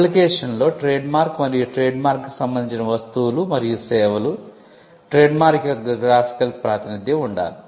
అప్లికేషన్లో ట్రేడ్మార్క్ మరియు ట్రేడ్మార్క్ కు సంబంధించిన వస్తువులు మరియు సేవలు ట్రేడ్మార్క్ యొక్క గ్రాఫికల్ ప్రాతినిధ్యం ఉండాలి